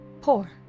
poor